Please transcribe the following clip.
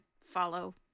follow